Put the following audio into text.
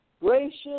gracious